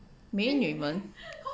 美女们